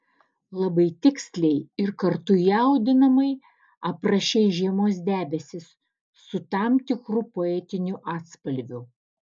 labai tiksliai ir kartu jaudinamai aprašei žiemos debesis su tam tikru poetiniu atspalviu